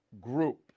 Group